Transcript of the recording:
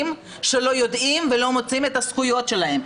שלא יודעים ולא מוצאים את הזכויות שלהם.